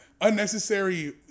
unnecessary